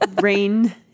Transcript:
rain